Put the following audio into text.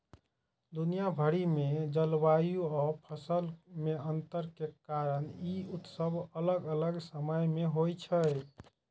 दुनिया भरि मे जलवायु आ फसल मे अंतर के कारण ई उत्सव अलग अलग समय मे होइ छै